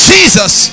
Jesus